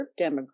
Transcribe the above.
demographic